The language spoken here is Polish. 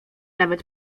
nawet